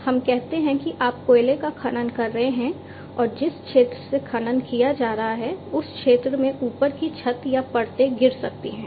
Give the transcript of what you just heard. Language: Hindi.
तो हम कहते हैं कि आप कोयले का खनन कर रहे हैं और जिस क्षेत्र से खनन किया गया है उस क्षेत्र में ऊपर की छत या परतें गिर सकती हैं